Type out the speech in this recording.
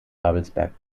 babelsberg